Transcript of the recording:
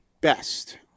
best